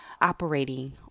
operating